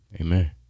amen